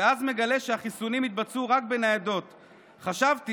ואז מגלה שהחיסונים יתבצעו רק בניידות"; "חשבתי